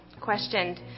questioned